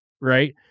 right